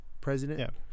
president